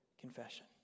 confession